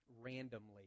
randomly